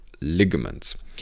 ligaments